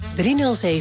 307